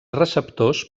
receptors